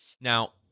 Now